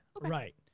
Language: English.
Right